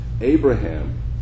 Abraham